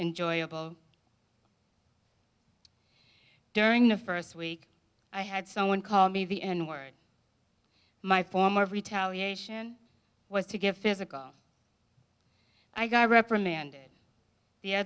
enjoyable during the first week i had someone call me the n word my form of retaliation was to get physical i got reprimanded